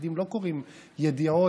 החרדים לא קוראים ידיעות,